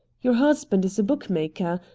your husband is a bookmaker.